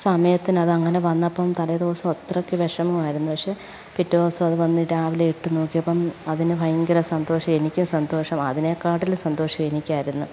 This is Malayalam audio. സമയത്തിന് അത് അങ്ങനെ വന്നപ്പം തലേ ദിവസം അത്രയ്ക്ക് വിഷമമായിരുന്നു പക്ഷെ പിറ്റെ ദിവസം അതു വന്നു രാവിലെ ഇട്ടു നോക്കിയപ്പം അതിനു ഭയങ്കര സന്തോഷമായി എനിക്കും സന്തോഷം അതിനെക്കാട്ടിലും സന്തോഷം എനിക്കായിരുന്നു